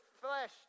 flesh